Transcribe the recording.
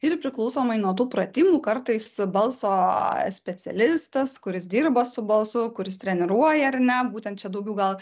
ir priklausomai nuo tų pratimų kartais balso specialistas kuris dirba su balsu kuris treniruoja ar ne būtent čia daugiau gal